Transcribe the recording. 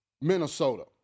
Minnesota